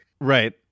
Right